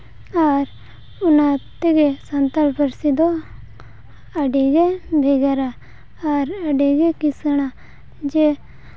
ᱟᱨ ᱚᱱᱟ ᱛᱮᱜᱮ ᱥᱟᱱᱛᱟᱲ ᱯᱟᱹᱨᱥᱤ ᱫᱚ ᱟᱹᱰᱤ ᱜᱮ ᱵᱷᱮᱜᱟᱨᱟ ᱟᱨ ᱟᱹᱰᱤ ᱜᱮ ᱠᱤᱥᱟᱹᱬᱟ ᱡᱮ